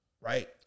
Right